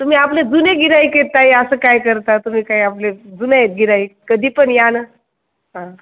तुम्ही आपले जुने गिऱ्हाईक आहेत ताई असं काय करता तुम्ही काय आपले जुने आहेत गिऱ्हाईक कधी पण या नां हां